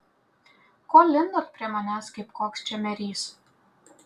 ko lindot prie manęs kaip koks čemerys